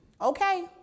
Okay